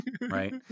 Right